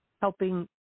helping